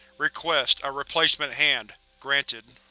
request a replacement hand. granted.